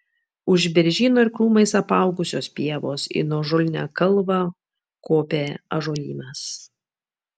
už beržyno ir krūmais apaugusios pievos į nuožulnią kalvą kopė ąžuolynas